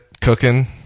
cooking